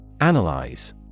Analyze